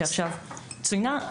שעכשיו צוינה,